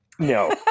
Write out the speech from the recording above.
No